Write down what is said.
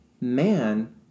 man